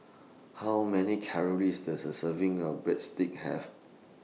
How Many Calories Does A Serving of Breadsticks Have